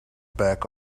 back